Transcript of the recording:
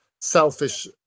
selfish